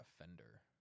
offender